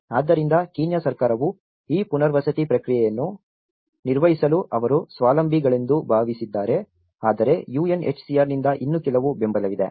ಆದ್ದರಿಂದ ಕೀನ್ಯಾ ಸರ್ಕಾರವು ಈ ಪುನರ್ವಸತಿ ಪ್ರಕ್ರಿಯೆಯನ್ನು ನಿರ್ವಹಿಸಲು ಅವರು ಸ್ವಾವಲಂಬಿಗಳೆಂದು ಭಾವಿಸಿದ್ದಾರೆ ಆದರೆ UNHCR ನಿಂದ ಇನ್ನೂ ಕೆಲವು ಬೆಂಬಲವಿದೆ